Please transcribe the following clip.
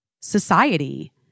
society